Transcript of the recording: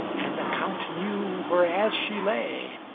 and the count knew whereas she lay,